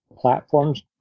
platforms